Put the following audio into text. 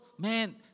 Man